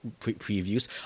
previews